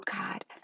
God